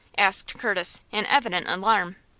asked curtis, in evident alarm.